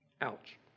Ouch